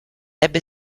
ebbe